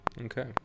Okay